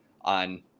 on